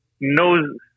knows